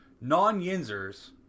Non-Yinzers